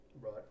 Right